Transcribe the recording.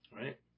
right